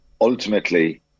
ultimately